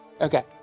Okay